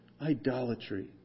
idolatry